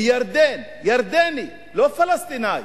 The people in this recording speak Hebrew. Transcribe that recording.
מירדן, ירדני, לא פלסטיני,